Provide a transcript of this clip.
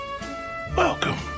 Welcome